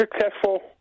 successful